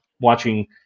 watching